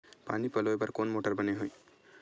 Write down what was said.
पानी पलोय बर कोन मोटर बने हे?